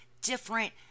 different